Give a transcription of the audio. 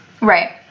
Right